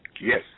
Yes